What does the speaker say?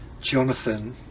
Jonathan